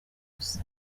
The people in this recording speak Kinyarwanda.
gusa